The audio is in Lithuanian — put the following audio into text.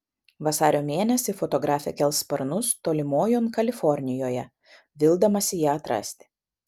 vasario mėnesį fotografė kels sparnus tolimojon kalifornijoje vildamasi ją atrasti